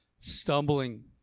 stumbling